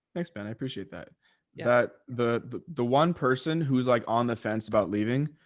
thanks, ben. i appreciate that. that the, the one person who's like on the fence about leaving